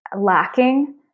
lacking